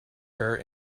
her